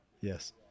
Yes